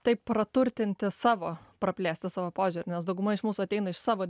taip praturtinti savo praplėsti savo požiūrį nes dauguma iš mūsų ateina iš savo